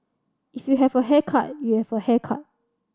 if you have a haircut you have a haircut